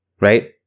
right